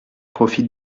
profite